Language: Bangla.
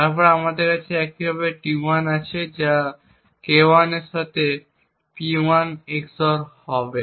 তারপর আমাদের কাছে একইভাবে T1 আছে যা K1 এর সাথে P1 XOR হবে